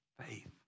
faith